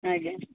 ଆଜ୍ଞା